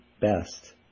best